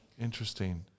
interesting